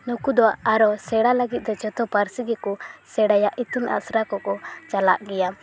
ᱱᱩᱠᱩ ᱫᱚ ᱟᱨᱚ ᱥᱮᱲᱟ ᱞᱟᱹᱜᱤᱫ ᱫᱚ ᱡᱚᱛᱚ ᱯᱟᱹᱨᱥᱤ ᱜᱮᱠᱚ ᱥᱮᱲᱟᱭᱟ ᱤᱛᱩᱱ ᱟᱥᱟᱲᱟ ᱠᱚ ᱠᱚ ᱪᱟᱞᱟᱜ ᱜᱮᱭᱟ